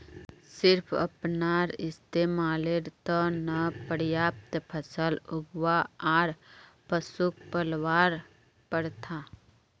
सिर्फ अपनार इस्तमालेर त न पर्याप्त फसल उगव्वा आर पशुक पलवार प्रथा